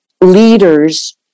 leaders